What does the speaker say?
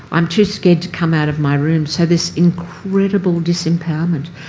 i'm too scared to come out of my room, so this incredible disempowerment.